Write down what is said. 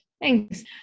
Thanks